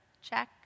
Check